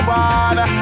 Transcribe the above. one